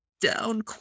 down